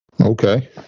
Okay